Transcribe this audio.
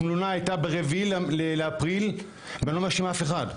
התלונה הייתה ב-4 באפריל ואני לא מאשים אף אחד.